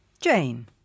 Jane